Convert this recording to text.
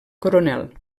coronel